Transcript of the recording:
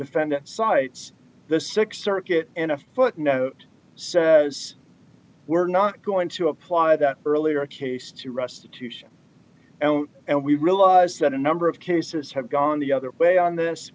defendant cites the th circuit in a footnote says we're not going to apply that earlier case to restitution and we realize that a number of cases have gone the other way on this